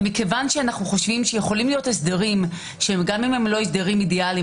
ומכיוון שאנחנו חושבים שיכולים להיות הסדרים שגם אם הם לא הסדרים אידאליים